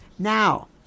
Now